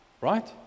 Right